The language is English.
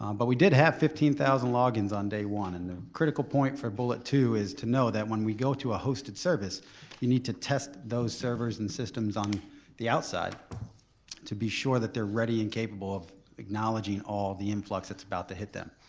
um but we did have fifteen thousand logins on day one and the critical point for bullet two is to know that when we go to a hosted service we need to test those servers and systems on the outside to be sure that they're ready and capable of acknowledging all the influx that's about to hit them.